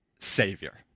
Savior